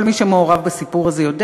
כל מי שמעורב בסיפור הזה יודע.